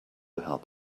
help